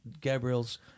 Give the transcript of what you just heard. Gabriel's